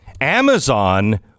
Amazon